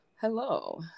hello